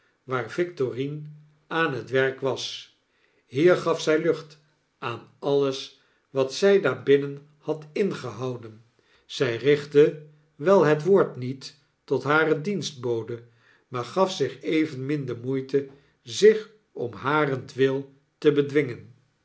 waar victorine aan het werk was hier gafzylucht aan alles wat zy daar binnen had ingehouden zij richtte wel het woord niet tot hare dienstbode maar gaf zich evenmin de moeite zich om harentwil te bedwingen